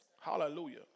Hallelujah